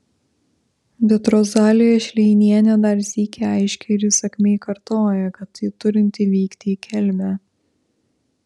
bet rozalija šleinienė dar sykį aiškiai ir įsakmiai kartoja kad ji turinti vykti į kelmę